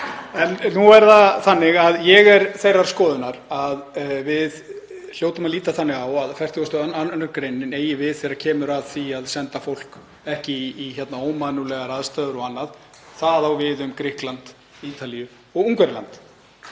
En nú er það þannig að ég er þeirrar skoðunar að við hljótum að líta þannig á að 42. gr. eigi við þegar kemur að því að senda fólk ekki í ómannúðlegar aðstæður og annað. Það á við um Grikkland, Ítalíu og Ungverjaland.